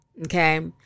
okay